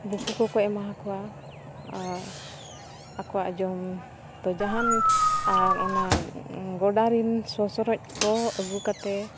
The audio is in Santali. ᱵᱷᱩᱠᱩ ᱠᱚᱠᱚ ᱮᱢᱟ ᱠᱚᱣᱟ ᱟᱨ ᱟᱠᱚᱣᱟᱜ ᱡᱚᱢ ᱫᱚ ᱡᱟᱦᱟᱱ ᱟᱨ ᱚᱱᱟ ᱜᱚᱰᱟ ᱨᱮᱱ ᱥᱚᱥᱨᱚᱡ ᱠᱚ ᱟᱹᱜᱩ ᱠᱟᱛᱮᱫ